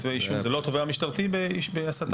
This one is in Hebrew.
זה לא התובע המשטרתי בנושאי הסתה?